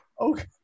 okay